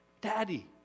Daddy